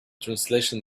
translation